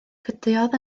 cydiodd